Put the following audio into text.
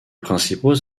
principaux